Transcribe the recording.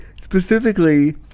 Specifically